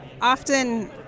often